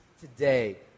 today